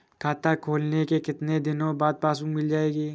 खाता खोलने के कितनी दिनो बाद पासबुक मिल जाएगी?